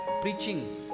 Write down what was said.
preaching